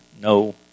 no